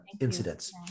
incidents